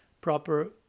proper